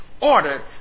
ordered